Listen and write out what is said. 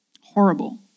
horrible